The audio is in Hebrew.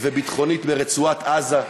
וביטחונית לרצועת-עזה,